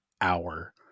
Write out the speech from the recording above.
hour